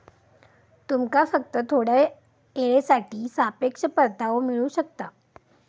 तुमका फक्त थोड्या येळेसाठी सापेक्ष परतावो मिळू शकता